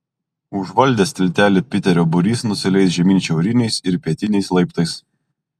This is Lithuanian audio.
užvaldęs tiltelį piterio būrys nusileis žemyn šiauriniais ir pietiniais laiptais